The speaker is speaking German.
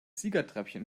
siegertreppchen